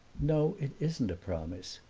no, it isn't a promise,